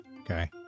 okay